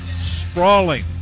sprawling